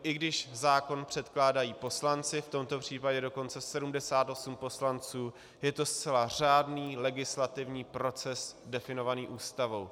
I když zákon předkládají poslanci, v tomto případě dokonce 78 poslanců, je to zcela řádný legislativní proces definovaný Ústavou.